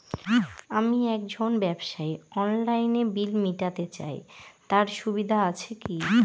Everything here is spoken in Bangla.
আমি একজন ব্যবসায়ী অনলাইনে বিল মিটাতে চাই তার সুবিধা আছে কি?